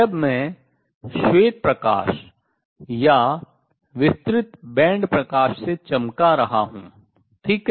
जब मैं श्वेत प्रकाश या विस्तृत बैंड प्रकाश से चमका रहा हूँ ठीक है